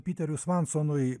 piteriui svansonui